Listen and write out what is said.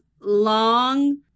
long